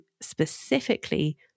specifically